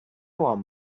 want